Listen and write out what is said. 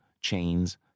chains